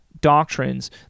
doctrines